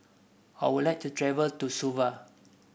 I would like to travel to Suva